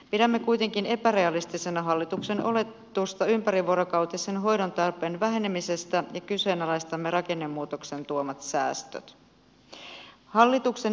pidämme kuitenkin epärealistisena hallituksen oletusta ympärivuorokautisen hoidon tarpeen vähenemisestä ja kyseenalaistamme rakennemuutoksen tuomat säästöt